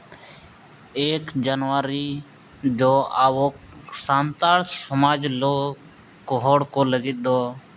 ᱮᱠ ᱡᱟᱹᱱᱩᱣᱟᱨᱤ ᱫᱚ ᱟᱵᱚ ᱥᱟᱱᱛᱟᱲ ᱥᱚᱢᱟᱡᱽ ᱞᱚ ᱦᱚᱲ ᱠᱚ ᱞᱟᱹᱜᱤᱫ ᱫᱚ